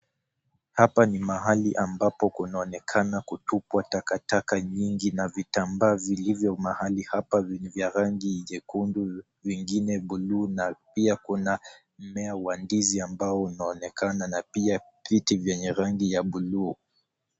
Hapa ni mahali ambapo kunaonekana kutupwa takataka nyingi na vitambaa vilivyo mahali hapa ni vya rangi nyekundu, vingine buluu na pia kuna mmea wa ndizi ambao unaonekana na pia viti vyenye rangi ya buluu.